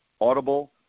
audible